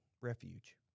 refuge